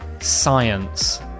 science